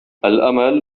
الأمل